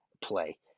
play